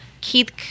Keith